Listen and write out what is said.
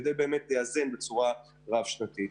כדי לאזן בצורה רב-שנתית.